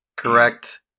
Correct